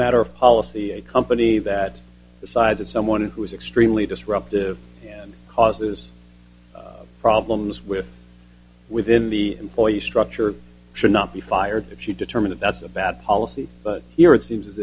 matter of policy a company that the size of someone who is extremely disruptive and causes problems with within the employee structure should not be fired if she determine that that's a bad policy but here it seems as